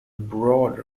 broad